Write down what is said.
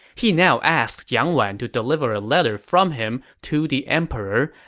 he now asked jiang wan to deliver a letter from him to the emperor,